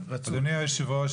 אדוני היושב-ראש,